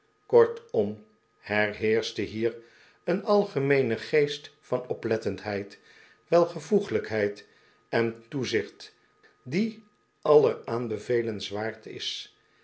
kortom er heerschte hier een algemeene geest van oplettendheid welvoeglijkheid en toezicht die alleraanbevelenswaard is